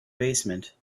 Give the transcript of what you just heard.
basement